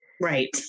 Right